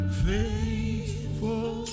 faithful